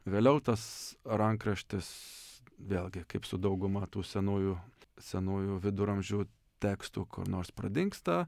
vėliau tas rankraštis vėlgi kaip su dauguma tų senųjų senųjų viduramžių tekstų kur nors pradingsta